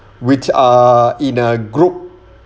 which are in a group